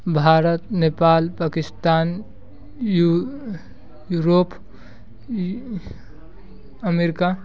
Bharat Nepal Pakistan Europe America